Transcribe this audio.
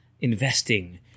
investing